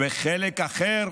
וחלק אחר